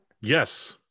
Yes